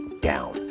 down